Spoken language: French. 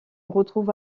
retrouve